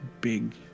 Big